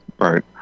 Right